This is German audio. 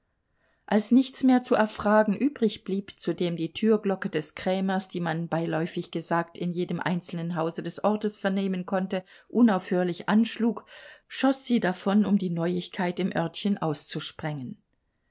als nichts mehr zu erfragen übrigblieb zudem die türglocke des krämers die man beiläufig gesagt in jedem einzelnen hause des ortes vernehmen konnte unaufhörlich anschlug schoß sie davon um die neuigkeit im örtchen